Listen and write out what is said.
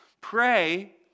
Pray